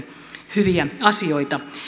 hyviä asioita